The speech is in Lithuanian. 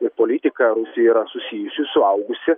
ir politika rusijoj yra susijusi suaugusi